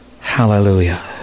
Hallelujah